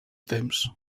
temps